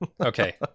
Okay